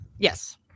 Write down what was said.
Yes